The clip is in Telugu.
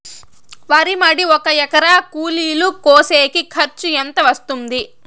వరి మడి ఒక ఎకరా కూలీలు కోసేకి ఖర్చు ఎంత వస్తుంది?